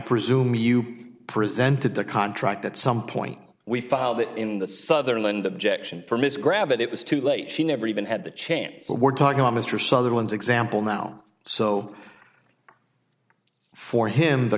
presume you presented the contract at some point we file that in the sutherland objection from this grab it was too late she never even had the chance so we're talking about mr sutherland's example now so for him the